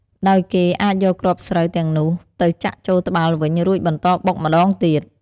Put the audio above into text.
ដោយគេអាចយកគ្រាប់ស្រូវទាំងនោះទៅចាក់ចូលត្បាល់វិញ រួចបន្តបុកម្តងទៀត។